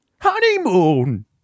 honeymoon